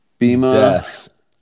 Bima